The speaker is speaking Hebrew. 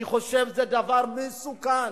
אני חושב שזה דבר מסוכן.